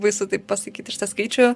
baisu taip pasakyti šitą skaičių